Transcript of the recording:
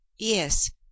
yes